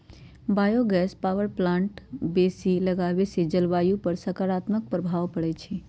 bio gas power plant बेशी लगाबेसे जलवायु पर सकारात्मक प्रभाव पड़इ छै